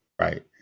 Right